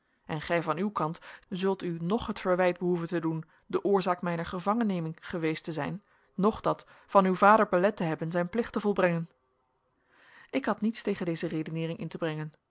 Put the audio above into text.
en gij van uw kant zult u noch het verwijt behoeven te doen de oorzaak mijner gevangenneming geweest te zijn noch dat van uw vader belet te hebben zijn plicht te volbrengen ik had niets tegen deze redeneering in te brengen